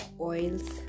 oils